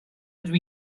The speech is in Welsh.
ydw